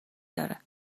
داره